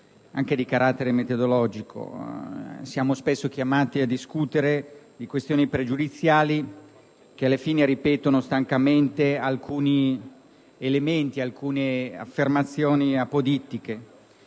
Siamo spesso chiamati a discutere di questioni pregiudiziali in cui si ripetono stancamente alcuni elementi e si fanno affermazioni apodittiche.